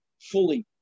fully